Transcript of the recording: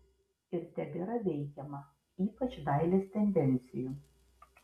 ir tebėra veikiama ypač dailės tendencijų